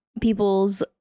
people's